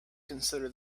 consider